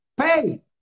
pay